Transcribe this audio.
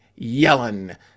yellen